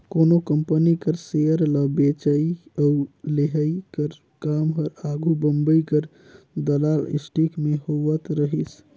कोनो कंपनी कर सेयर ल बेंचई अउ लेहई कर काम हर आघु बंबई कर दलाल स्टीक में होवत रहिस